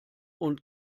und